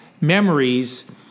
memories